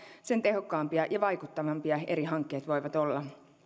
sen tehokkaampia ja vaikuttavampia eri hankkeet voivat olla